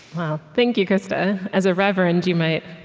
well, thank you, krista. as a reverend, you might